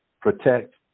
protect